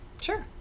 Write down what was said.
Sure